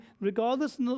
regardless